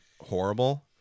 horrible